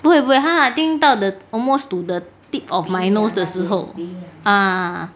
不会不会它 I think till almost to the tip of my nose 的时候 uh uh uh